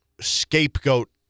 scapegoat